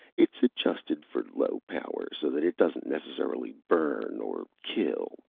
it's adjusted for low power so that it doesn't necessarily burn or kill.